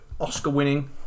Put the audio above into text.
Oscar-winning